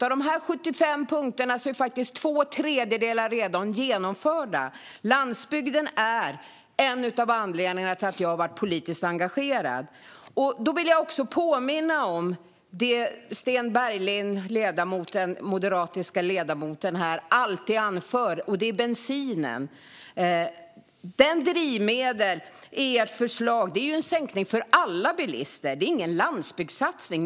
Av de 75 punkterna är faktiskt två tredjedelar redan genomförda. Landsbygden är en av anledningarna till att jag är politiskt engagerad. Jag vill också påminna om det Sten Bergheden, den moderate ledamoten, alltid anför. Det gäller bensinen. I ert förslag om drivmedel är det en sänkning för alla bilister. Det är ingen landsbygdssatsning.